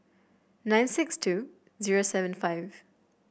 nine six two zero seven five